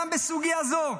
גם בסוגיה זו,